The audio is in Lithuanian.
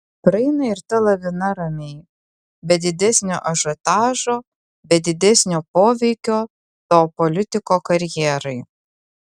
praeina ir ta lavina ramiai be didesnio ažiotažo be didesnio poveikio to politiko karjerai